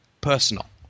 personal